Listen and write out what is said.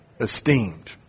esteemed